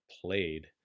played